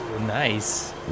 nice